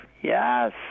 Yes